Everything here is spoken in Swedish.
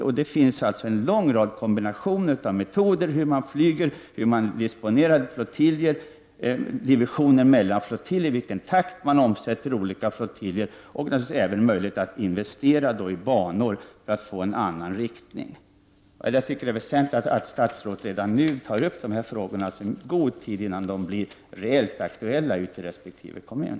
Det finns alltså en lång rad kombinationer av metoder — hur man flyger, hur man disponerar divisioner mellan flottiljer, i vilken takt man omsätter olika flottiljer — och det finns naturligtvis även möjlighet att investera i banor för att få en annan riktning. Det är enligt min mening väsentligt att statsrådet redan nu tar upp de här frågorna, i god tid innan de blir reellt aktuella ute i resp. kommun.